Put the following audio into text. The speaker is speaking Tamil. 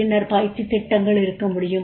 பின்னர் பயிற்சித் திட்டங்கள் இருக்க முடியும்